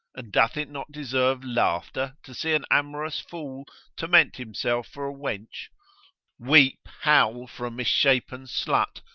and doth it not deserve laughter to see an amorous fool torment himself for a wench weep, howl for a misshapen slut,